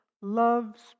love's